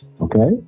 Okay